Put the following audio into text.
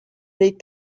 les